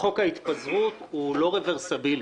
חוק ההתפזרות הוא לא רוורסבילי,